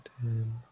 ten